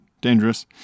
Dangerous